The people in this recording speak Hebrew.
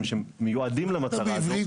אני מסכים שיש בעיה.